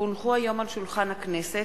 כי הונחו היום על שולחן הכנסת,